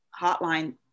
hotline